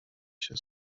się